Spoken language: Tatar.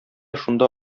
шунда